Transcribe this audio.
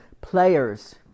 players